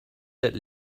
that